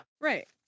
Right